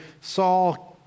Saul